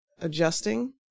adjusting